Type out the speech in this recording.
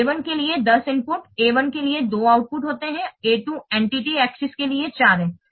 तो A 1 के लिए 10 इनपुट हैं A 1 के लिए 2 आउटपुट होते हैं और A 2 एंटिटी एक्सेस के लिए 4 है